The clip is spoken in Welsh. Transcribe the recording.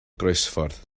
groesffordd